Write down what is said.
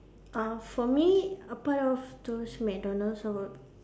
uh for me apart of those McDonald's I would